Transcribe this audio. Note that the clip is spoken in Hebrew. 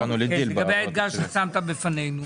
על כל פנים לגבי האתגר ששמת בפנינו,